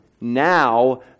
Now